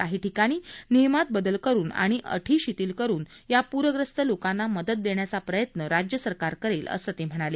काही ठिकाणी नियमात बदल करून आणि अटी शिथील करून या प्रग्रस्त लोकांना मदत देण्याचा प्रयत्न राज्य सरकार करेल असं ते म्हणाले